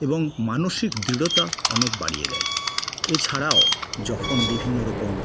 এবং মানসিক দৃঢ়তা অনেক বাড়িয়ে দেয় এছাড়াও যখন বিভিন্ন রকম